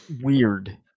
weird